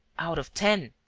out of ten.